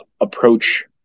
approach